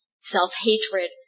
self-hatred